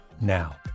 now